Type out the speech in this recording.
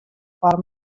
foar